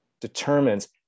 determines